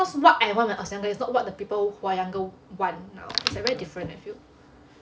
cause what I want when I was younger is not what the people who are younger want now it's like very different I feel